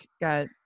got